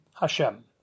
Hashem